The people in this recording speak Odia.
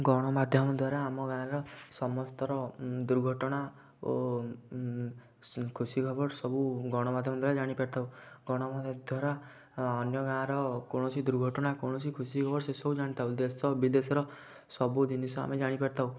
ଗଣମାଧ୍ୟମ ଦ୍ଵାରା ଆମ ଗାଁର ସମସ୍ତର ଦୁର୍ଘଟଣା ଓ ଖୁସି ଖବର ସବୁ ଗଣମାଧ୍ୟମ ଦ୍ଵାରା ଜାଣି ପାରିଥାଉ ଗଣମାଧ୍ୟମ ଦ୍ଵାରା ଅନ୍ୟ ଗାଁର କୌଣସି ଦୁର୍ଘଟଣା କୌଣସି ଖୁସି ଖବର ସେ ସବୁ ଜାଣିଥାଉ ଦେଶ ବିଦେଶର ସବୁ ଜିନିଷ ଆମେ ଜାଣି ପାରିଥାଉ